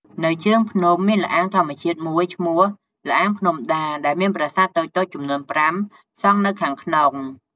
នៅជើងភ្នំមានល្អាងធម្មជាតិមួយឈ្មោះ ល្អាងភ្នំដា ដែលមានប្រាសាទតូចៗចំនួន ៥ សង់នៅខាងក្នុង។